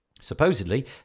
supposedly